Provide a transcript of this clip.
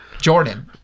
Jordan